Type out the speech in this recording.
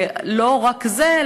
ולא רק זה,